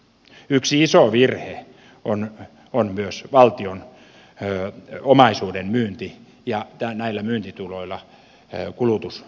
yksi iso virhe on myös valtion omaisuuden myynti ja näillä myyntituloilla kulutusmenojen rahoittaminen